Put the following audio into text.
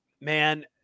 man